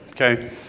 Okay